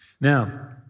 Now